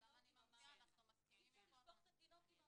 אי אפשר לשפוך את התינוק עם המים.